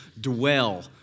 dwell